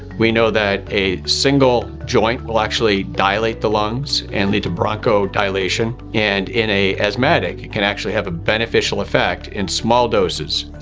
we know that a single joint will actually dilate the lungs and lead to bronchodilation, and in an asthmatic, can actually have a beneficial effect in small doses.